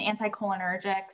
anticholinergics